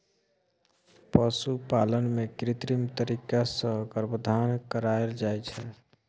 पशुपालन मे कृत्रिम तरीका सँ गर्भाधान कराएल जाइ छै